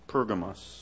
Pergamos